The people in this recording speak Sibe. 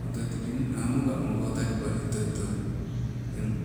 Otoi tekee niwa moka okaawa talipali otoi toai teng